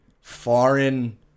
foreign